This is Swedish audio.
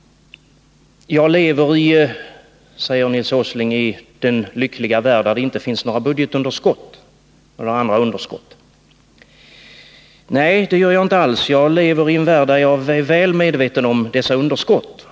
Jag lever, säger Nils Åsling, i den lyckliga värld där det inte finns några budgetunderskott eller några andra underskott. Nej, det gör jag inte alls. Jag leveri en värld där jag är väl medveten om detta underskott.